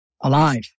alive